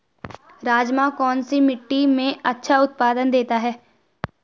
राजमा कौन सी मिट्टी में अच्छा उत्पादन देता है?